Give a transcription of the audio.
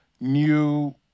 new